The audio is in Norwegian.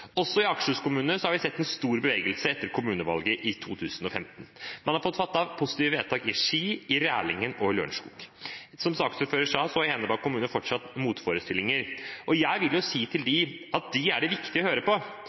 Også i Akershus-kommunene har vi sett stor bevegelse etter kommunevalget i 2015. Man har fattet positive vedtak i Ski, i Rælingen og i Lørenskog. Som saksordføreren sa, har Enebakk kommune fortsatt motforestillinger. Jeg vil si til dem at dem er det viktig å høre på,